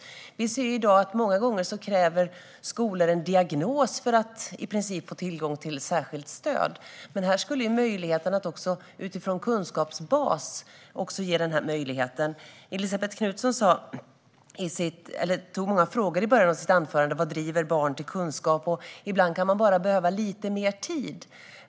Vi ser ju i dag att många skolor i princip kräver en diagnos för att man ska få tillgång till särskilt stöd. Här skulle det bli möjligt också utifrån en kunskapsbas. Elisabet Knutsson tog upp många frågor i början av sitt anförande, till exempel vad som driver barn till kunskap och att man ibland kan behöva lite mer tid.